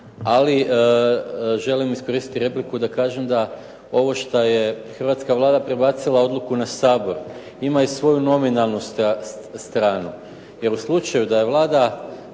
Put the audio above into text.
ali želim iskoristiti repliku da kažem ovo što je hrvatska Vlada prebacila odluku na Sabor ima i svoju nominalnu stranu. Jer u slučaju da je Vlada